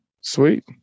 sweet